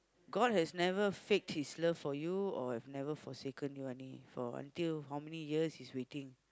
God has never faked his love for you or have never forsaken you any for until how many years he's waiting